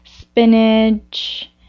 spinach